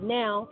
now